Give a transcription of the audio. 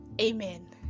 Amen